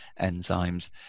enzymes